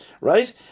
right